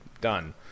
done